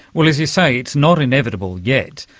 well, as you say, it's not inevitable yet,